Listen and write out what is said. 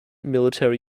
military